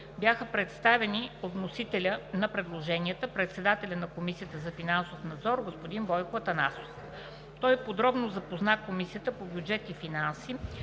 бяха представени от вносителя на предложенията – председателя на Комисията за финансов надзор господин Бойко Атанасов. Той подробно запозна Комисията по бюджет и финанси